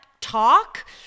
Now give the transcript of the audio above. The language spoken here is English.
talk